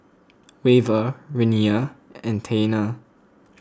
Wava Renea and Taina